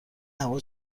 هوا